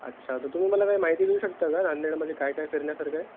अच्छा तर तुम्ही मला काही माहिती देऊ शकता का नांदेडमध्ये कायकाय फिरण्यासारखं आहे